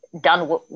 done